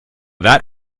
that